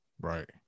Right